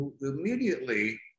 immediately